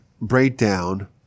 breakdown